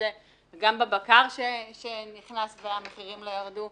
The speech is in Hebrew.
גם בבקר שניכס והמחירים לא ירדו,